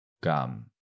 gum